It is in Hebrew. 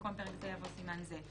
במקום "פרק זה" יבוא "סימן זה".